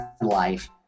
life